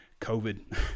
COVID